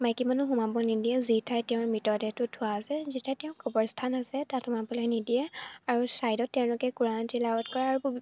মাইকী মানুহ সোমাব নিদিয়ে যি ঠাইত তেওঁৰ মৃতদেহটো থোৱা আছে যিঠাইত তেওঁৰ কবৰ স্থান আছে তাত সোমাবলৈ নিদিয়ে আৰু ছাইডত তেওঁলোকে কোৰাণ তিলাৱত কৰে আৰু